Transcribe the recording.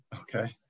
Okay